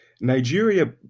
Nigeria